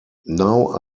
now